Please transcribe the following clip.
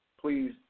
please